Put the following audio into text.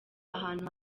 ahantu